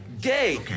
Gay